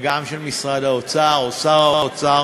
וגם של משרד האוצר או שר האוצר,